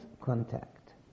contact